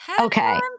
Okay